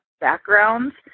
backgrounds